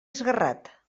esguerrat